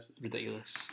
ridiculous